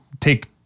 Take